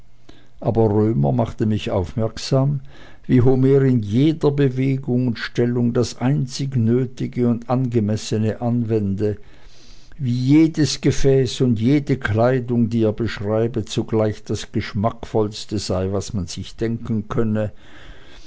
aber römer machte mich aufmerksam wie homer in jeder bewegung und stellung das einzig nötige und angemessene anwende wie jedes gefäß und jede kleidung die er beschreibe zugleich das geschmackvollste sei was man sich denken könne